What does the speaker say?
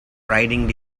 riding